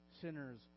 sinners